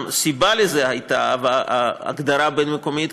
הסיבה לכך הייתה ההגדרה אירוע בין-מקומי,